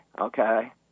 okay